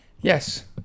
Yes